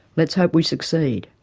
let's hope we succeed.